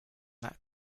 that